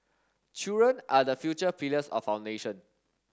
children are the future pillars of our nation